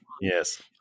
Yes